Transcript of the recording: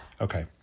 Okay